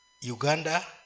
Uganda